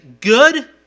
good